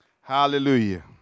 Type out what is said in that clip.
Hallelujah